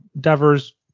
Devers